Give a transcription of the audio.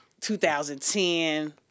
2010